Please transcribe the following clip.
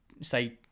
Say